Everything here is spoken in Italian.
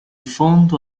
fondo